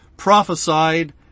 prophesied